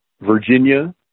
Virginia